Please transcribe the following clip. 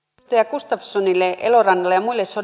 gustafssonille elorannalle ja muille